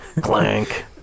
Clank